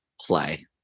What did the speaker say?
play